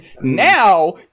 now